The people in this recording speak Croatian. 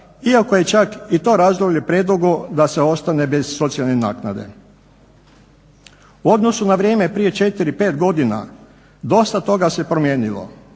iako je čak i to razdoblje predugo da se ostane bez socijalne naknade. U odnosu na vrijeme prije 4, 5 godina dosta toga se promijenilo,